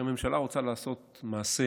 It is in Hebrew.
כשהממשלה רוצה לעשות מעשה